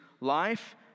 life